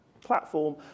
platform